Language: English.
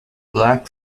black